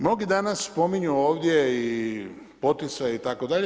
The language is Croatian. Mnogi danas spominju ovdje poticaje itd.